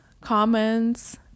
comments